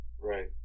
Right